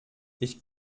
ich